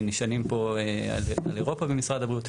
נשענים פה על אירופה במשרד הבריאות.